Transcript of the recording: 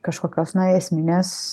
kažkokios na esminės